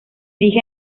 dije